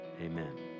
Amen